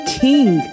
king